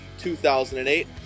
2008